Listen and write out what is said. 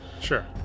Sure